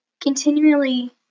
continually